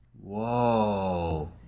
Whoa